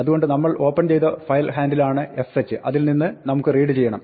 അതുകൊണ്ട് നമ്മൾ ഓപ്പൺ ചെയ്ത ഫയൽ ഹാൻഡിൽ ആണ് fh അതിൽ നിന്ന് നമുക്ക് റീഡ് ചെയ്യണം